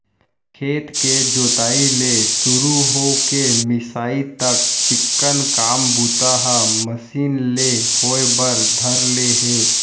खेत के जोताई ले सुरू हो के मिंसाई तक चिक्कन काम बूता ह मसीन ले होय बर धर ले हे